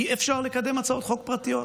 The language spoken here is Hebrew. אי-אפשר לקדם הצעות חוק פרטיות?